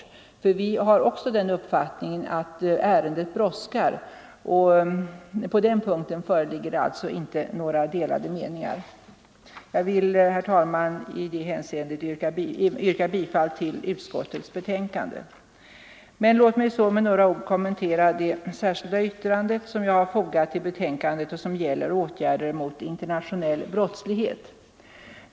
Vi har nämligen också den uppfattningen att ärendet brådskar. På den punkten föreligger alltså inte några delade meningar. Herr talman! Jag vill i detta hänseende yrka bifall till utskottets hemställan. Låt mig så med några ord kommentera det särskilda yttrande som jag har fogat till betänkandet och som gäller åtgärder mot internationell brottslighet.